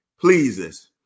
pleases